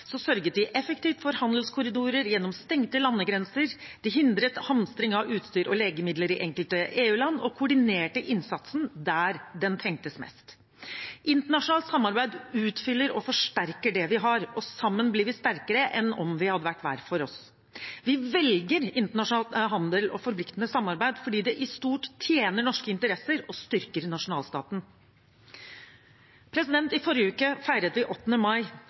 sørget de effektiv for handelskorridorer gjennom stengte landegrenser, de hindret hamstring av utstyr og legemidler i enkelte EU-land og koordinerte innsatsen der den trengtes mest. Internasjonalt samarbeid utfyller og forsterker det vi har, og sammen blir vi sterkere enn vi hadde vært hver for oss. Vi velger internasjonal handel og forpliktende samarbeid fordi det i stort tjener norske interesser og styrker nasjonalstaten. I forrige uke feiret vi 8. mai, frigjøringsdagen i Norge og Europa. Noen av oss feiret også Europadagen 9. mai,